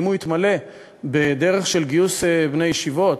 ואם הוא יתמלא בדרך של גיוס בני ישיבות